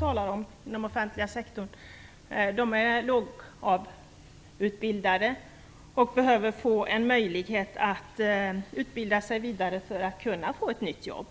inom den offentliga sektorn som i dag riskerar att mista jobben är lågutbildade och behöver få en möjlighet att utbilda sig vidare för att kunna få ett nytt jobb.